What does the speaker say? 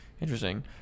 Interesting